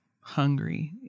hungry